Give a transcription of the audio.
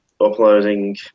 uploading